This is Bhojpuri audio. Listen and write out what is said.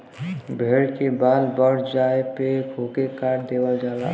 भेड़ के बाल बढ़ जाये पे ओके काट देवल जाला